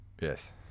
Yes